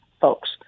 folks